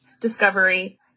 discovery